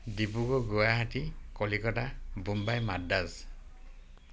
Dibrugarh Guwahati Calcutta Bombay Madras